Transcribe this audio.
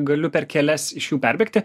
galiu per kelias iš jų perbėgti